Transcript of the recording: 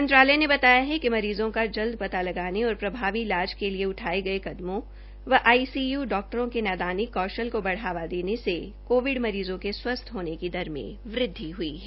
मंत्रालय ने बताया कि मरीज़ों का जल्द पता लगाने और प्रभावी इलाज के लिए उठाये गये कदमों व आईसीयू डॉक्टरों के नैदानिक कौशल को बढ़ावा देने से कोविड मरीज़ों के स्वस्थ होने की दर में वृद्धि हई है